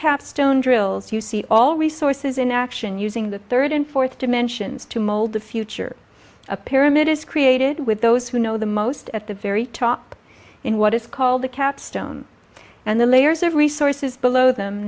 capstone drills you see all resources in action using the third and fourth dimensions to mold the future a pyramid is created with those who know the most at the very top in what is called the capstone and the layers of resources below them